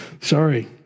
sorry